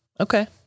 Okay